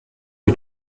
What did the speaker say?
eut